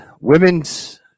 women's